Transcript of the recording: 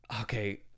okay